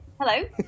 Hello